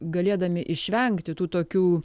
galėdami išvengti tų tokių